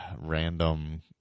random